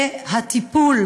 שהטיפול,